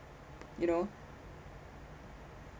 you know